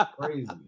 Crazy